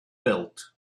built